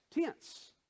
tense